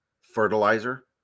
fertilizer